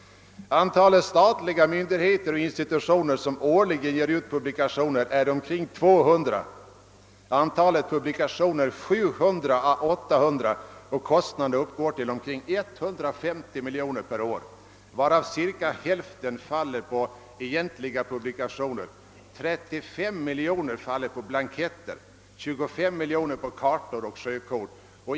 Antalet myndigheter och institutioner som årligen ger ut publikationer är omkring 200, antalet publikationer 700 å 800 och kostnaderna uppgår till omkring 150 miljoner per år varav cirka hälften faller på egentliga publikationer, 35 miljoner faller på blanketter, 25 miljoner på kartor och sjökort.